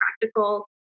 practical